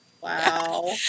Wow